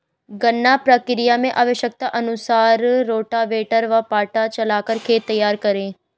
गन्ना प्रक्रिया मैं आवश्यकता अनुसार रोटावेटर व पाटा चलाकर खेत तैयार करें